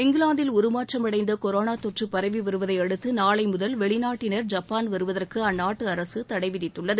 இங்கிலாந்தில் உருமாற்றம் அடைந்த கொரோனா தொற்று பரவி வருவதை அடுத்து நாளை முதல் வெளிநாட்டினர் ஜப்பான் வருவதற்கு அந்நாட்டு அரசு தடை விதித்துள்ளது